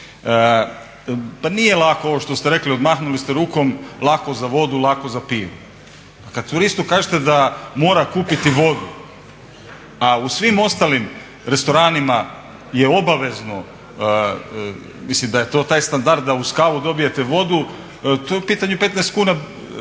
Pa nije lako ovo što ste rekli, odmahnuli ste rukom. Lako za vodu, lako za pivo. Pa kad turistu kažete da mora kupiti vodu, a u svim ostalim restoranima je obavezno, mislim da je to taj standard da uz kavu dobijete vodu to je u pitanju 15 kuna.